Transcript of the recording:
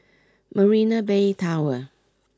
Marina Bay Tower